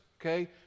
okay